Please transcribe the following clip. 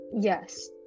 yes